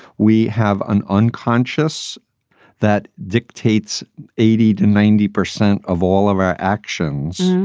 we have an unconscious that dictates eighty to ninety percent of all of our actions.